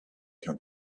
come